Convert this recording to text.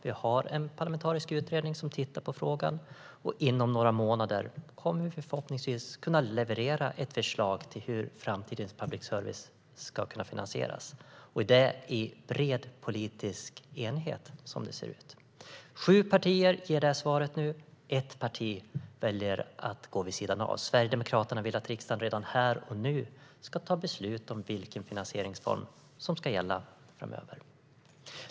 Vi har en parlamentarisk utredning som tittar på frågan, och inom några månader kommer vi förhoppningsvis att kunna leverera ett förslag till hur framtidens public service ska kunna finansieras, och det i bred politisk enighet som det ser ut. Sju partier ger det här svaret nu. Ett parti väljer att gå vid sidan av. Sverigedemokraterna vill att riksdagen redan här och nu ska ta beslut om vilken finansieringsform som ska gälla framöver.